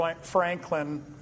Franklin